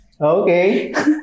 Okay